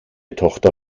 tochter